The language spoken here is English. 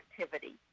activity